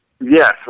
Yes